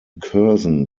curzon